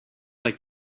like